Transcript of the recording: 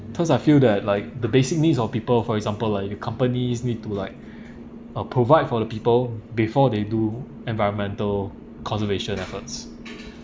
thus I feel that like the basic needs of people for example like the companies need to like uh provide for the people before they do environmental conservation efforts